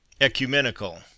Ecumenical